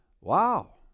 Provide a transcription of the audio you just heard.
Wow